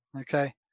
okay